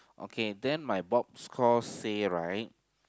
okay then my board score say right